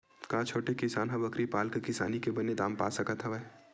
का छोटे किसान ह बकरी पाल के किसानी के बने दाम पा सकत हवय?